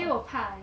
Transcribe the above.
actually 我怕 leh